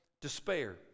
despair